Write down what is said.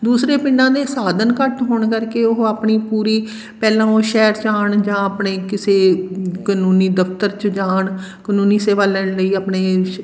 ਦੂਸਰੇ ਪਿੰਡਾਂ ਨੇ ਸਾਧਨ ਘੱਟ ਹੋਣ ਕਰਕੇ ਉਹ ਆਪਣੀ ਪੂਰੀ ਪਹਿਲਾਂ ਉਹ ਸ਼ਹਿਰ 'ਚ ਆਉਣ ਜਾਂ ਆਪਣੇ ਕਿਸੇ ਕਾਨੂੰਨੀ ਦਫ਼ਤਰ 'ਚ ਜਾਣ ਕਾਨੂੰਨੀ ਸੇਵਾ ਲੈਣ ਲਈ ਆਪਣੇ